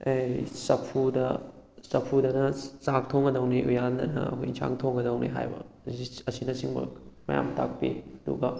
ꯑꯦ ꯆꯐꯨꯗ ꯆꯐꯨꯗꯅ ꯆꯥꯛ ꯊꯣꯡꯒꯗꯕꯅꯤ ꯎꯌꯥꯟꯗꯅ ꯑꯩꯈꯣꯏ ꯌꯦꯟꯁꯥꯡ ꯊꯣꯡꯒꯗꯕꯅꯤ ꯍꯥꯏꯕ ꯑꯁꯤꯅꯆꯤꯡꯕ ꯃꯌꯥꯝ ꯇꯥꯛꯄꯤ ꯑꯗꯨꯒ